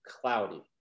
cloudy